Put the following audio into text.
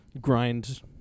grind